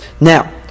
Now